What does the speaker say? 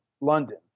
London